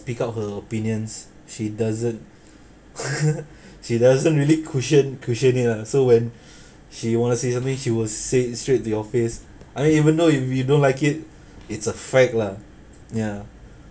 speak out her opinions she doesn't she doesn't really cushion cushion it lah so when she want to say something she would say it straight to your face I even though if you don't like it it's a fact lah ya